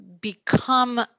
become